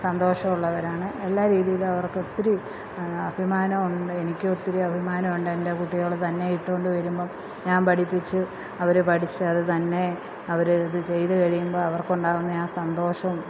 സന്തോഷം ഉള്ളവരാണ് എല്ലാ രീതിയിലും അവർക്ക് ഒത്തിരി അഭിമാനമുണ്ട് എനിക്ക് ഒത്തിരി അഭിമാനമുണ്ട് എന്റെ കുട്ടികള് തന്നെ ഇട്ടുകൊണ്ട് വരുമ്പം ഞാന് പഠിപ്പിച്ച് അവര് പഠിച്ച് അത് തന്നെ അവര് ഇത് ചെയ്ത് കഴിയുമ്പം അവർക്ക് ഉണ്ടാകുന്ന സന്തോഷവും